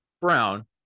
Brown